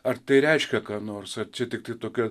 ar tai reiškia ką nors čia tiktai tokia